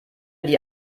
die